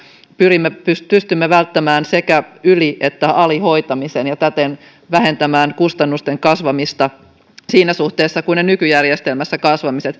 pystymme välttämään sekä yli että alihoitamisen ja täten vähentämään kustannusten kasvamista siinä suhteessa kuin ne nykyjärjestelmässä